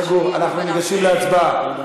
סגור, אנחנו ניגשים להצבעה.